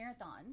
marathons